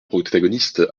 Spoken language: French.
protagonistes